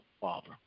Father